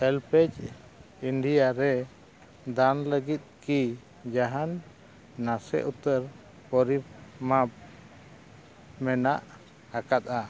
ᱮᱞᱯᱮᱡᱽ India ᱨᱮ ᱫᱟᱱ ᱞᱟᱹᱜᱤᱫ ᱠᱤ ᱡᱟᱦᱟᱱ ᱱᱟᱥᱮ ᱩᱛᱟᱹᱨ ᱯᱚᱨᱤᱢᱟᱯ ᱢᱮᱱᱟᱜ ᱟᱠᱟᱫᱟ